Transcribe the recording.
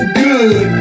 good